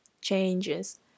changes